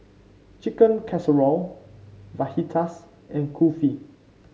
Chicken Casserole Fajitas and Kulfi